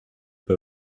book